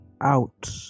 out